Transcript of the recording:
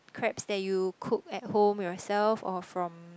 crabs that you cook at home yourself or from